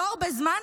לא הרבה זמן,